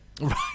Right